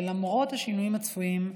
ולמרות השינויים הצפויים,